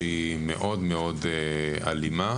שהיא מאוד מאוד אלימה.